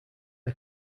are